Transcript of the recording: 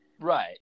Right